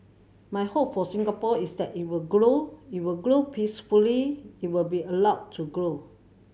my hope for Singapore is that it will grow it will grow peacefully it will be allowed to grow